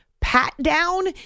pat-down